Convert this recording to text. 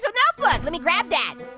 so notebook. let me grab that.